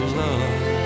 love